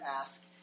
ask